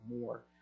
more